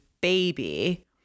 Baby